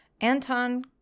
Anton